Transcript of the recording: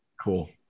cool